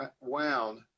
wound